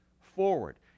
forward